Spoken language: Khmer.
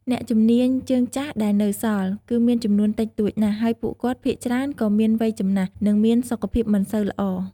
អ្នកជំនាញជើងចាស់ដែលនៅសល់ គឺមានចំនួនតិចតួចណាស់ ហើយពួកគាត់ភាគច្រើនក៏មានវ័យចំណាស់ និងមានសុខភាពមិនសូវល្អ។